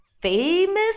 famous